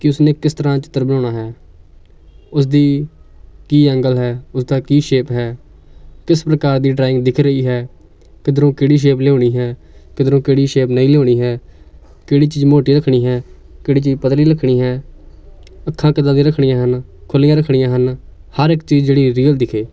ਕਿ ਉਸਨੇ ਕਿਸ ਤਰ੍ਹਾਂ ਬਣਾਉਣਾ ਹੈ ਉਸਦੀ ਕੀ ਐਂਗਲ ਹੈ ਉਸਦਾ ਕੀ ਸ਼ੇਪ ਹੈ ਕਿਸ ਪ੍ਰਕਾਰ ਦੀ ਡਰਾਇੰਗ ਦਿਖ ਰਹੀ ਹੈ ਕਿੱਧਰੋਂ ਕਿਹੜੀ ਸ਼ੇਪ ਲਿਆਉਣੀ ਹੈ ਕਿੱਧਰੋਂ ਕਿਹੜੀ ਸ਼ੇਪ ਨਹੀਂ ਲਿਆਉਣੀ ਹੈ ਕਿਹੜੀ ਚੀਜ਼ ਮੋਟੀ ਰੱਖਣੀ ਹੈ ਕਿਹੜੀ ਚੀਜ਼ ਪਤਲੀ ਰੱਖਣੀ ਹੈ ਅੱਖਾਂ ਕਿੱਦਾਂ ਦੀਆਂ ਰੱਖਣੀਆਂ ਹਨ ਖੁੱਲ੍ਹੀਆਂ ਰੱਖਣੀਆਂ ਹਨ ਹਰ ਇੱਕ ਚੀਜ਼ ਜਿਹੜੀ ਰੀਅਲ ਦਿਖੇ